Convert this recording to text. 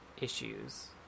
issues